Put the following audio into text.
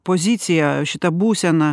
poziciją šitą būseną